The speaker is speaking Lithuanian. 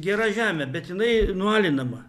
gera žemė bet jinai nualinama